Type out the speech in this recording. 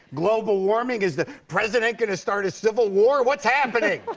global warming, is the president gonna start a civil war? what's happening?